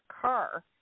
car